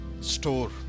store